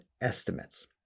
estimates